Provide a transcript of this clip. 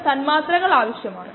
445 ആണ്